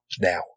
now